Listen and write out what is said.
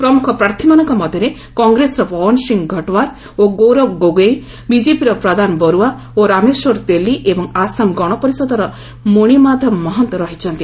ପ୍ରମୁଖ ପ୍ରାର୍ଥୀମାନଙ୍କ ମଧ୍ୟରେ କଂଗ୍ରେସର ପବନ ସିଂ ଘଟୋୱାର୍ ଓ ଗୌରବ ଗୋଗୋଇ ବିଜେପିର ପ୍ରଦାନ ବରୁଆ ଓ ରାମେଶ୍ୱର ତେଲି ଏବଂ ଆସାମ ଗଣ ପରିଷଦର ମୋଶିମାଧବ ମହନ୍ତ ରହିଛନ୍ତି